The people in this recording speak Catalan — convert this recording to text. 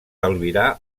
albirar